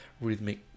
rhythmic